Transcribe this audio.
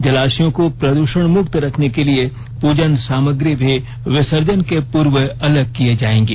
जलाशयों को प्रदूषण मुक्त रखने के लिए पूजन सामग्री भी विसर्जन के पूर्व अलग किए जाएंगे